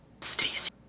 Stacy